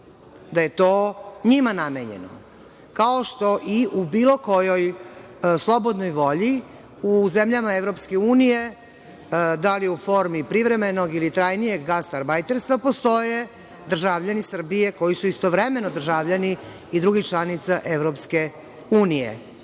da je to njima namenjeno, kao što i u bilo kojoj slobodnoj volji u zemljama EU, da li u formi privremenog ili trajnijeg gastarbajterstva postoje državljani Srbije koji su istoveremeno državljani i drugih članica EU.NJima ste